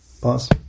Pause